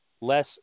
less